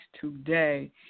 today